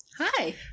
Hi